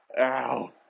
ow